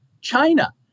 China